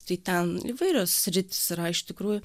tai ten įvairios sritys yra iš tikrųjų